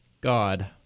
God